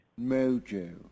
Mojo